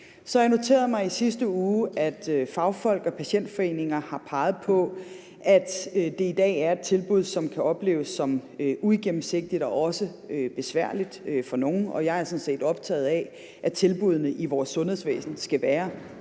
har jeg noteret mig, at fagfolk og patientforeninger i sidste uge har peget på, at det i dag er et tilbud, som kan opleves som uigennemsigtigt og også besværligt for nogle. Jeg er sådan set optaget af, at tilbuddene i vores sundhedsvæsen skal være